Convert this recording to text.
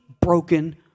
broken